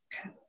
Okay